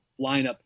lineup